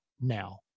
now